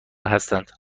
هستند